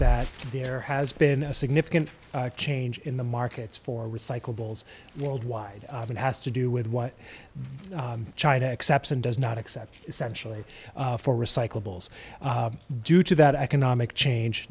that there has been a significant change in the markets for recyclables worldwide and has to do with what china accepts and does not accept essentially for recyclables due to that economic change